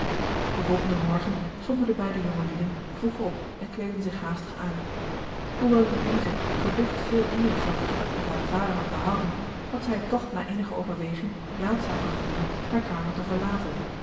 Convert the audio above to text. den volgenden morgen stonden de beide jongelieden vroeg op en kleedden zich haastig aan hoewel louise geducht veel indruk van het gesprek met haren vader had behouden had zij het toch na eenige george een ongeluksvogel overweging raadzaam gevonden hare kamer te verlaten